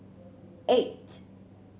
eight